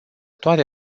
toate